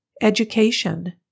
Education